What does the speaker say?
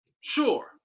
Sure